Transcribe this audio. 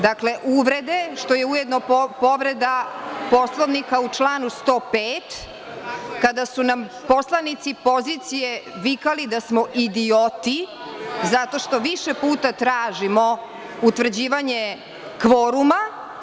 Dakle, uvrede, što je ujedno i povreda Poslovnika u članu 105, kada su nam poslanici pozicije vikali da smo idioti zato što više puta tražimo utvrđivanje kvoruma.